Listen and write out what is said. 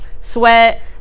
sweat